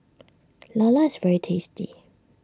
Lala is very tasty